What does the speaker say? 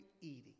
eating